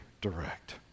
direct